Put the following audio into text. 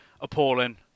appalling